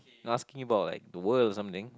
not asking about like the world or something